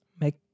make